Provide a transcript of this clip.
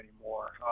anymore